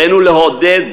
עלינו לעודד